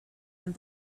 and